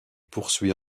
poursuit